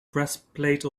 breastplate